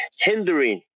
hindering